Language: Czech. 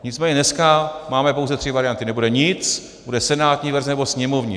Nicméně dneska máme pouze tři varianty: nebude nic, bude senátní verze, nebo sněmovní.